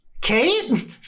Kate